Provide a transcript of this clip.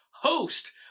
host